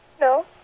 No